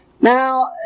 Now